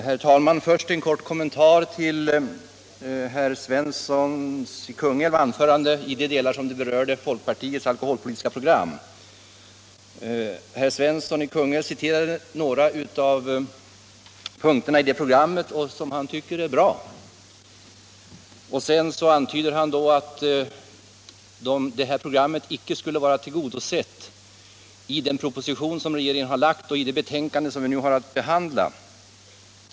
Herr talman! Till att börja med en kort kommentar till herr Svenssons i Kungälv anförande i de delar det berörde folkpartiets alkoholpolitiska program. Herr Svensson i Kungälv citerade några av punkterna i det programmet, som han tycker är bra. Sedan antydde han att det här programmet inte skulle vara tillgodosett i den proposition som regeringen har lagt och det betänkande som vi nu har att behandla.